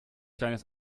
deines